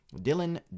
Dylan